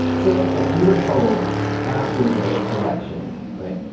so look. we were told after the election right?